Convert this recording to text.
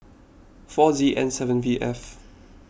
four Z N seven V F